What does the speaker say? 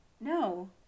No